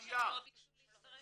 בהנחה שהם לא ביקשו להצטרף?